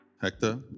Hector